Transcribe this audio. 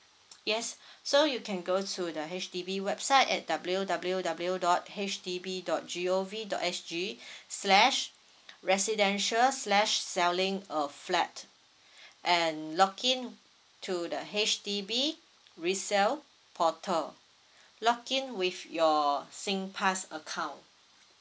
yes so you can go to the H_D_B website at W W W dot H D B dot G O V dot S G slash residential slash selling a flat and log in to the H_D_B resell portal log in with your singpass account